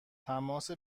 تماس